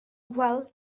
whale